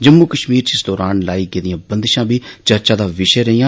जम्मू कश्मीर च इस दौरान लाई गेदियां बंदशां बी चर्चा दा विषय रेहियां